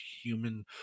human